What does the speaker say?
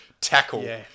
tackle